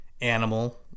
Animal